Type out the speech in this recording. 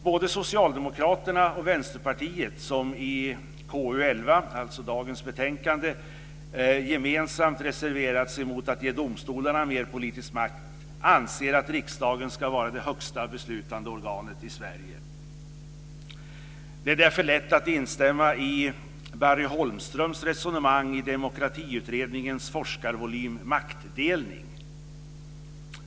Både socialdemokraterna och Vänsterpartiet, som i KU11 gemensamt reserverat sig mot att ge domstolarna mer politisk makt, anser att riksdagen ska vara det högsta beslutande organet i Sverige. Det är därför lätt att instämma i Barry Holmströms resonemang i Demokratiutredningens forskarvolym Maktdelning.